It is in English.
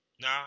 Nah